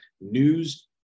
news